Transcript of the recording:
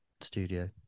studio